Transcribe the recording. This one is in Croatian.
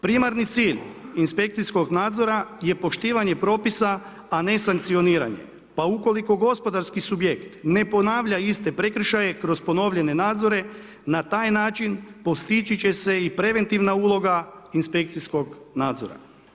Primarni cilj inspekcijskog nadzora je poštivanje propisa a ne sankcioniranje pa ukoliko gospodarski subjekt ne ponavlja iste prekršaje kroz ponovljene nadzore, na taj način postići će se i preventivna uloga inspekcijskog nadzora.